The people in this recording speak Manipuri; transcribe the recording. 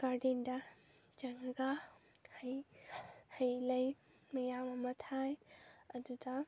ꯒꯥꯔꯗꯦꯟꯗ ꯆꯪꯉꯒ ꯍꯩ ꯂꯩ ꯃꯌꯥꯝ ꯑꯃ ꯊꯥꯏ ꯑꯗꯨꯗ